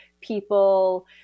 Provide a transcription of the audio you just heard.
people